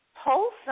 wholesome